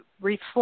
reflect